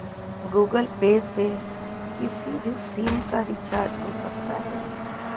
Google Pay से किसी भी सिम का रिचार्ज हो सकता है